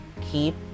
keep